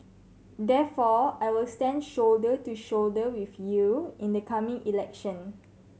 therefore I will stand shoulder to shoulder with you in the coming election